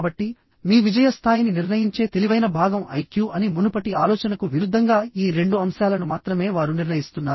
కాబట్టి మీ విజయ స్థాయిని నిర్ణయించే తెలివైన భాగం ఐక్యూ అని మునుపటి ఆలోచనకు విరుద్ధంగా ఈ రెండు అంశాలను మాత్రమే వారు నిర్ణయిస్తున్నారు